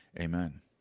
Amen